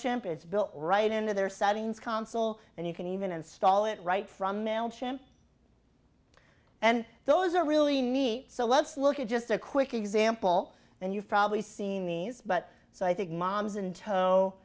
champ is built right into their settings console and you can even install it right from mail and those are really neat so let's look at just a quick example and you've probably seen these but so i think mom's